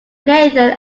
nathan